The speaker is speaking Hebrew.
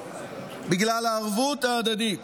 בגלל הערבות ההדדית,